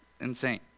insane